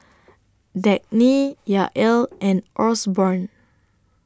Dagny Yael and Osborne